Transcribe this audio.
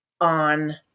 on